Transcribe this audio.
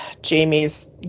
Jamie's